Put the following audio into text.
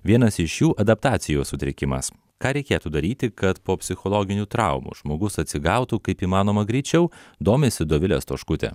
vienas iš jų adaptacijos sutrikimas ką reikėtų daryti kad po psichologinių traumų žmogus atsigautų kaip įmanoma greičiau domisi dovilė stoškutė